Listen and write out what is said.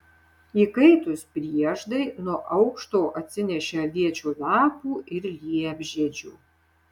įkaitus prieždai nuo aukšto atsinešė aviečių lapų ir liepžiedžių